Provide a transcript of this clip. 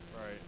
right